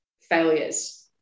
failures